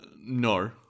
No